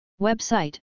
Website